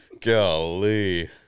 Golly